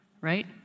right